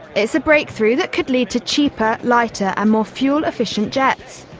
it's a breakthrough that could lead to cheaper, lighter and more fuel efficient jets.